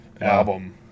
album